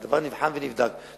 אז הדבר נבחן ונבדק,